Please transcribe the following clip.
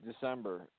December